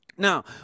Now